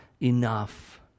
enough